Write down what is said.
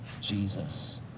jesus